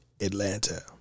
Atlanta